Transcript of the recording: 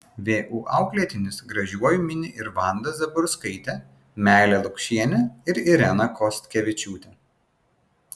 vu auklėtinis gražiuoju mini ir vandą zaborskaitę meilę lukšienę ir ireną kostkevičiūtę